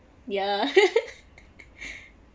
ya